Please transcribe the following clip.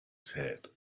said